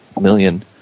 million